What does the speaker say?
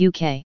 UK